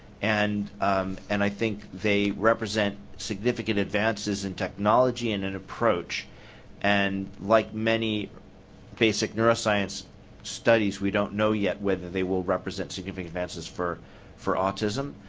and and i think they represent significant advances in technology and and approach and like many basic neuroscience studies we don't know yet whether they will represent significant advances for for autism.